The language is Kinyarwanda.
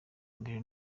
mbere